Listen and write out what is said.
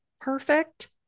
perfect